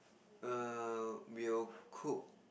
err we'll cook